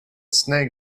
snake